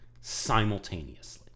simultaneously